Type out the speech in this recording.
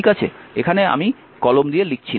ঠিক আছে আমি এখানে কলম দিয়ে লিখছি না